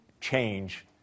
change